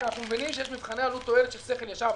כי אנחנו מבינים שיש מבחני עלות תועלת של שכל ישר.